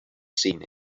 seen